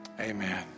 Amen